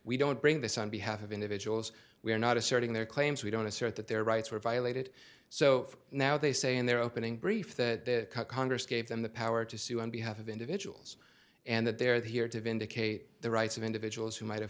we don't bring this on behalf of individuals we are not asserting their claims we don't assert that their rights were violated so now they say in their opening brief that congress gave them the power to sue on behalf of individuals and that they are here to vindicate the rights of individuals who might have